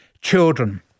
children